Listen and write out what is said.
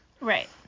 Right